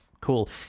Cool